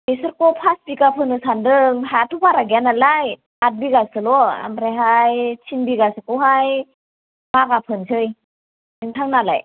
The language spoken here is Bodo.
बेसरखौ पास बिगा फोनो सान्दों हायाथ' बारा गैया नालाय आठ बिगासोल' ओमफ्रायहाय बे थिन बिगासेखौहाय बागा फोनसै नोंथांनालाय